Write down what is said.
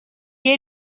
est